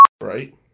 right